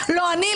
לא אני,